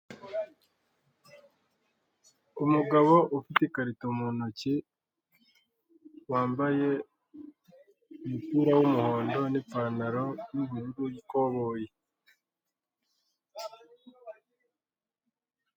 umugabo ufite ikarito muntoki wambaye umupira w'umuhondo n'ipantaro y'ubururu y'ikoboyi.